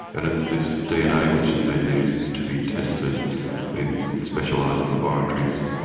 and it's this dna which is then used to be tested in specialised laboratories.